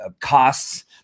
costs